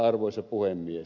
arvoisa puhemies